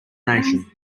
nation